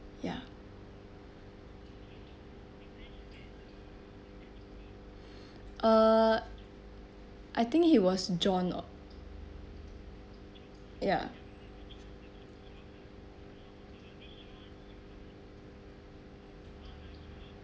ya uh I think he was john oh ya